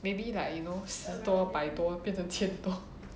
maybe like you know 十多百多变成千多